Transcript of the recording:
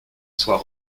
soit